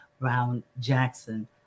Brown-Jackson